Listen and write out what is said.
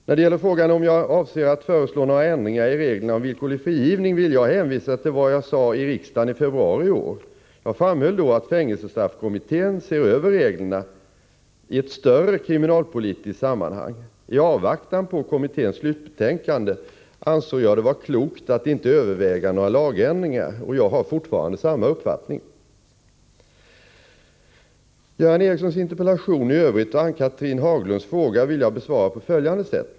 När det gäller frågan om jag avser att föreslå några ändringar i reglerna om villkorlig frigivning vill jag hänvisa till vad jag anförde i riksdagen i februari i år. Jag framhöll då att fängelsestraffkommittén ser över reglerna i ett större kriminalpolitiskt sammanhang. I avvaktan på kommitténs slutbetänkande ansåg jag det vara klokt att inte överväga några lagändringar. Jag har fortfarande samma uppfattning. Göran Ericssons interpellation i övrigt och Ann-Cathrine Haglunds fråga vill jag besvara på följande sätt.